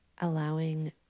allowing